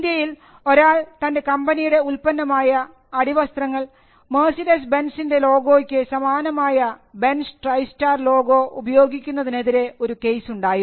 ഇന്ത്യയിൽ ഒരാൾ തൻറെ കമ്പനിയുടെ ഉത്പന്നമായ അടിവസ്ത്രങ്ങൾ മെർസിഡസ് ബെൻസിൻറെ ലോഗോയ്ക്ക് സമാനമായ ആയ ബെൻസ് ട്രൈ സ്റ്റാർ ലോഗോ ഉപയോഗിക്കുന്നതിനെതിരെ ഒരു കേസ് ഉണ്ടായിരുന്നു